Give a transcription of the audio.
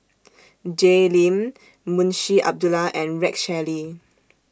Jay Lim Munshi Abdullah and Rex Shelley